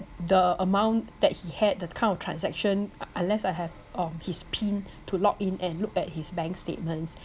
the amount that he had the kind of transaction un~ unless I have um his PIN to log in and look at his bank statements